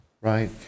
Right